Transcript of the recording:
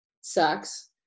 Sucks